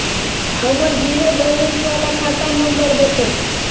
हमर zero balance बाला खाता नम्बर बत?